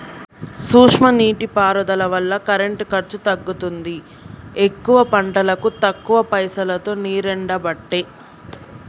సూక్ష్మ నీటి పారుదల వల్ల కరెంటు ఖర్చు తగ్గుతుంది ఎక్కువ పంటలకు తక్కువ పైసలోతో నీరెండబట్టే